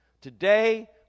Today